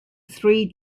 three